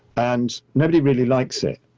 and nobody really likes it.